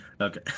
Okay